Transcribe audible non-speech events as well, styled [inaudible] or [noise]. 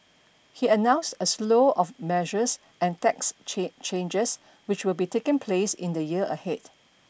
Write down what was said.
he announced a slew of measures and tax [unintelligible] changes which will be taking place in the year ahead